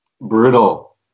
Brutal